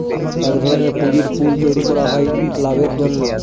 এক ধরনের পুঁজির পুল তৈরী করা হয় লাভের জন্য